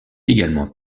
également